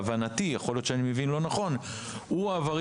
שאולי אני מבין לא נכון אבל לפחות להבנתי,